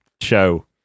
show